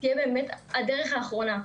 תהיה באמת הדרך האחרונה.